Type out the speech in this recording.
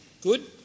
good